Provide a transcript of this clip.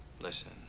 listen